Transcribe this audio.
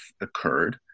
occurred